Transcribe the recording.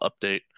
update